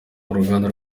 uruganda